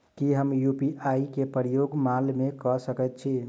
की हम यु.पी.आई केँ प्रयोग माल मै कऽ सकैत छी?